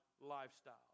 lifestyle